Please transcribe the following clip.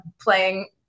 playing